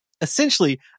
Essentially